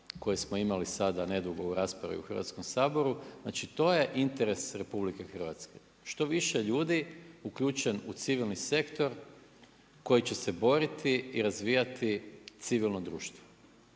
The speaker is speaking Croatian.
koji smo imali sada nedugo raspravi u Hrvatskom saboru. Znači to je interes RH. Što više ljudi uključen u civilni sektor, koji će se boriti i razvijati civilno društvo.